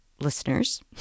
listeners